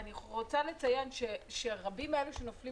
אני רוצה לציין שרבים מאלה שנופלים